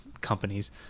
companies